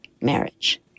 marriage